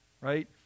right